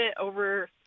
over